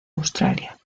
australia